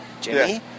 Jimmy